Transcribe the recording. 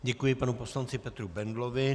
Děkuji panu poslanci Petru Bendlovi.